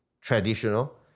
traditional